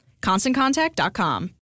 ConstantContact.com